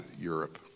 europe